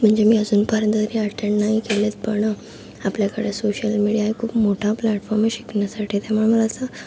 म्हणजे मी अजूनपर्यंत तरी अटेंड नाही केलेत पण आपल्याकडं सोशल मीडिया हे खूप मोठा प्लॅटफॉम आहे शिकण्यासाठी त्यामुळं मला असं